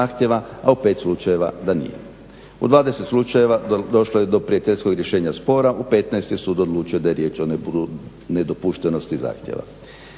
a u 5 slučajeva da nije. U 20 slučajeva došlo je do prijateljskog rješenja spora, u 15 je sud odlučio da je riječ o nedopuštenosti zahtjeva.